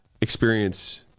experience